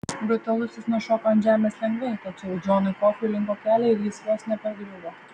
brutalusis nušoko ant žemės lengvai tačiau džonui kofiui linko keliai ir jis vos nepargriuvo